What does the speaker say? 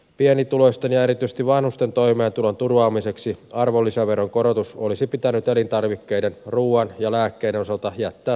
pienituloisten ja erityisesti vanhusten toimeentulon turvaamiseksi arvonlisäveron korotus olisi pitänyt elintarvikkeiden ruuan ja lääkkeiden osalta jättää tekemättä